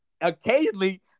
occasionally